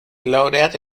laureata